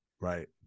Right